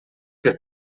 que